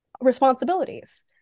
responsibilities